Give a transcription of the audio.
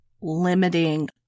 limiting